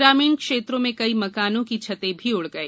ग्रामीण क्षेत्रों में कई मकानों की छतें भी उड़ गई